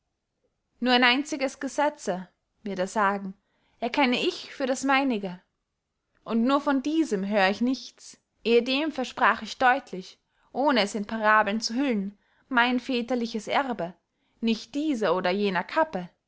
nur ein einziges gesetze wird er sagen erkenne ich für das meinige und nur von diesem hör ich nichts ehedem versprach ich deutlich ohne es in parabeln zu hüllen mein väterliches erbe nicht dieser oder jener kappe